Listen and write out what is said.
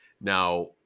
Now